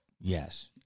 Yes